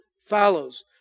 follows